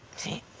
see